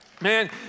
Man